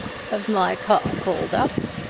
have my car called up!